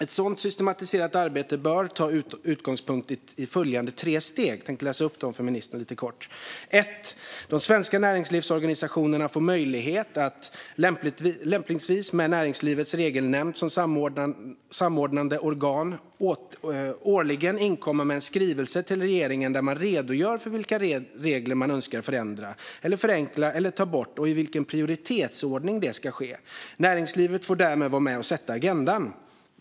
Ett sådant systematiserat arbete bör ta utgångspunkt i följande tre steg, och jag ska läsa upp dem för ministern lite kort: De svenska näringslivsorganisationerna får möjlighet att lämpligtvis med Näringslivets regelnämnd som samordnande organ årligen inkomma med en skrivelse till regeringen där man redogör för vilka regler man önskar förändra, förenkla eller ta bort och i vilken prioritetsordning det ska ske. Näringslivet får därmed vara med och sätta agendan.